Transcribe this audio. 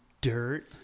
dirt